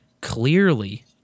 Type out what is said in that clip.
clearly